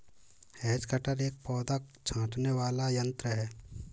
has cutter एक पौधा छाँटने वाला यन्त्र है